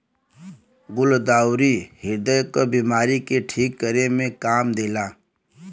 गुलदाउदी ह्रदय क बिमारी के ठीक करे में काम देला